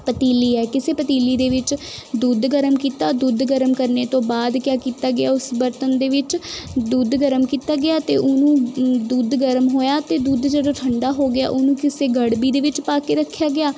ਪਤੀਲੀ ਹੈ ਕਿਸੀ ਪਤੀਲੀ ਦੇ ਵਿੱਚ ਦੁੱਧ ਗਰਮ ਕੀਤਾ ਦੁੱਧ ਗਰਮ ਕਰਨ ਤੋਂ ਬਾਅਦ ਕਿਆ ਕੀਤਾ ਗਿਆ ਉਸ ਬਰਤਨ ਦੇ ਵਿੱਚ ਦੁੱਧ ਗਰਮ ਕੀਤਾ ਗਿਆ ਅਤੇ ਉਹਨੂੰ ਦੁੱਧ ਗਰਮ ਹੋਇਆ ਤਾਂ ਦੁੱਧ ਜਦੋਂ ਠੰਡਾ ਹੋ ਗਿਆ ਉਹਨੂੰ ਕਿਸੇ ਗੜਬੀ ਦੇ ਵਿੱਚ ਪਾ ਕੇ ਰੱਖਿਆ ਗਿਆ